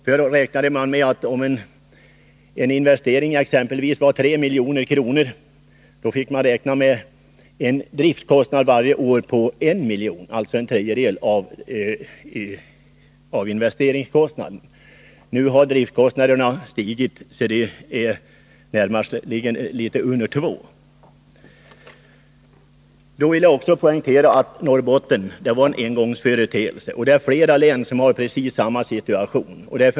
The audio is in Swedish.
Förr räknade man med att om en investering var exempelvis 3 milj.kr., fick man en driftkostnad varje år på 1 milj.kr., alltså en tredjedel av investeringskostnaden. Nu har driftkostnaderna stigit och ligger närmast litet under 2 milj.kr. per år vid en 3-miljonerkronorsinvestering. Jag vill också poängtera att Norrbottensfallet var en engångsföreteelse, och flera län är i precis samma situation.